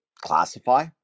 classify